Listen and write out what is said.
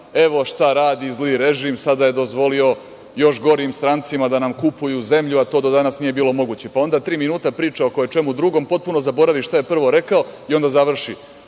evo, šta radi zli režim, sada je dozvolio još gorim strancima da nam kupuju zemlju, a to do danas nije bilo moguće. Pa, onda tri minuta priča o koje čemu drugom, potpuno zaboravi šta je prvo rekao i onda završi.